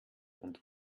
und